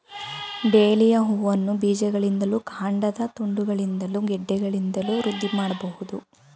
dahlia ಹೂವನ್ನ ಬೀಜಗಳಿಂದಲೂ ಕಾಂಡದ ತುಂಡುಗಳಿಂದಲೂ ಗೆಡ್ಡೆಗಳಿಂದಲೂ ವೃದ್ಧಿ ಮಾಡ್ಬಹುದು